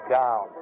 down